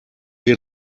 wir